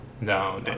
no